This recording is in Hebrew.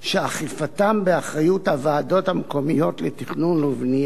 שאכיפתם היא באחריות הוועדות המקומיות לתכנון ובנייה,